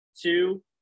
two